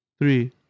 Three